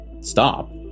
Stop